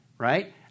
right